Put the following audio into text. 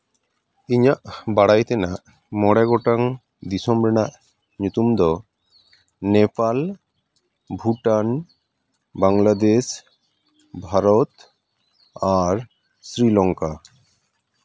ᱤᱧᱟᱹᱜ ᱵᱟᱲᱟᱭ ᱛᱮᱱᱟᱜ ᱢᱚᱬᱮ ᱜᱚᱴᱟᱝ ᱫᱤᱥᱚᱢ ᱨᱮᱱᱟᱜ ᱧᱩᱛᱩᱢ ᱫᱚ ᱱᱮᱯᱟᱞ ᱵᱷᱩᱴᱟᱱ ᱵᱟᱝᱞᱟᱫᱮᱥ ᱵᱷᱟᱨᱚᱛ ᱟᱨ ᱥᱨᱤᱞᱚᱝᱠᱟ